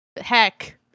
heck